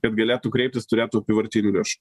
kad galėtų kreiptis turėtų apyvartinių lėšų